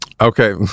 okay